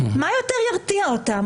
מה יותר ירתיע אותם?